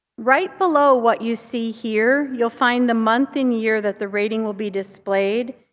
right below what you see here, you'll find the month and year that the rating will be displayed,